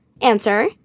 answer